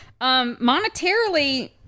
Monetarily